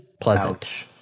pleasant